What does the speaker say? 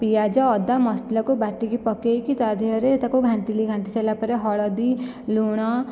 ପିଆଜ ଅଦା ମସଲାକୁ ବାଟିକି ପକାଇକି ତା' ଦେହରେ ତାକୁ ଘାଣ୍ଟିଲି ଘାଣ୍ଟିସାରିଲା ପରେ ହଳଦୀ ଲୁଣ